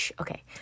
okay